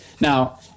Now